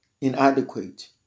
inadequate